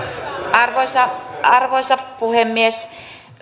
arvoisa arvoisa puhemies